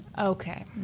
Okay